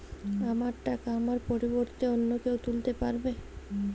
আমার টাকা আমার পরিবর্তে অন্য কেউ তুলতে পারবে?